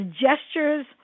gestures